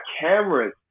cameras